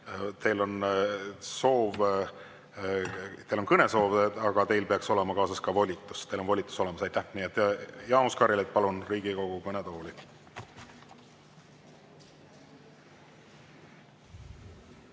Karilaid, teil on kõnesoov, aga teil peaks olema kaasas ka volitus. Teil on volitus olemas. Aitäh! Jaanus Karilaid, palun Riigikogu kõnetooli!